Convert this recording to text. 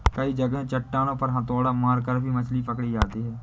कई जगह चट्टानों पर हथौड़ा मारकर भी मछली पकड़ी जाती है